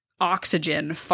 Oxygen